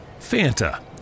fanta